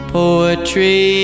Poetry